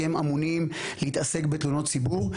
שהם אמונים להתעסק בתלונות ציבור,